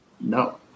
no